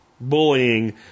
bullying